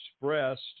expressed